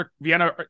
Vienna